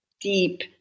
deep